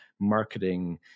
marketing